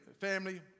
family